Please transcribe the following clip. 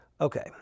okay